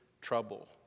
trouble